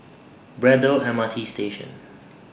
Braddell M R T Station